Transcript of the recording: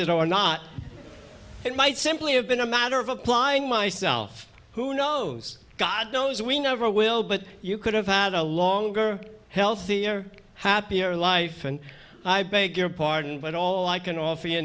it or not it might simply have been a matter of applying myself who knows god knows we never will but you could have had a longer healthier happier life and i beg your pardon but all i can offer you